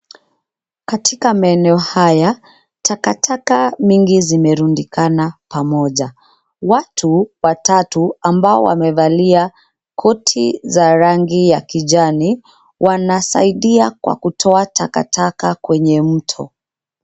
Katika maeneo haya, takataka mingi zimerundikana pamoja. Watu watatu ambao wamevalia koti za rangi ya kijani wanasaidia kwa kutoa takataka kwenye mto.